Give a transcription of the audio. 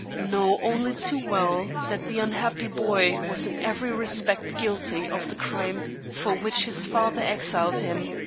know only too well that the unhappy boy was in every respect guilty of the crime for which his father exiled him.